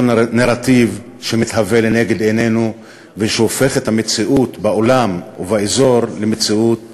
נרטיב שמתהווה לנגד עינינו והופך את המציאות בעולם ובאזור למציאות קשה.